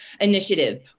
initiative